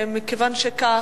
מכיוון שכך,